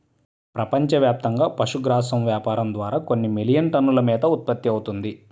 ప్రపంచవ్యాప్తంగా పశుగ్రాసం వ్యాపారం ద్వారా కొన్ని మిలియన్ టన్నుల మేత ఉత్పత్తవుతుంది